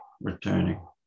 returning